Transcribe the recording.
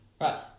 Right